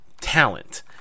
talent